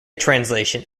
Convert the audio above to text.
translation